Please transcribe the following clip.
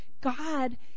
God